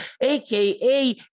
aka